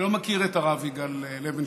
אני לא מכיר את הרב יגאל לוינשטיין,